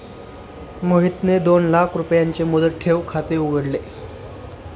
मोहितने दोन लाख रुपयांचे मुदत ठेव खाते उघडले